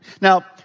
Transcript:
Now